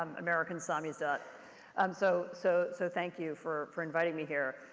um american samizdat. um so so so thank you for for inviting me here.